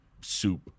soup